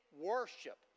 worship